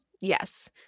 yes